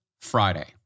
Friday